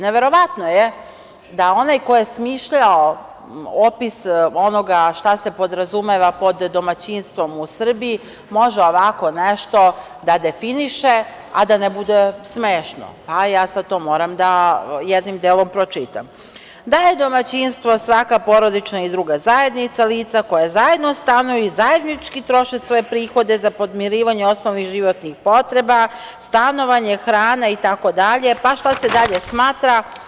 Neverovatno je da onaj ko je smišljao opis onoga šta se podrazumeva pod domaćinstvom u Srbiji može ovako nešto da definiše, a da ne bude smešno, pa ja sad to moram da jednim delom pročitam: da je domaćinstvo svaka porodična i druga zajednica lica koja zajedno stanuju i zajednički troše svoje prihode za podmirivanje osnovnih životnih potreba, stanovanje, hrana, itd., pa šta se dalje smatra.